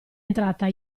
entrata